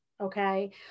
Okay